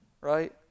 right